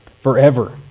forever